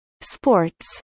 sports